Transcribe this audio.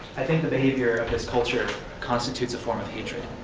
the behavior of this culture constitutes a form of hatred.